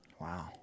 Wow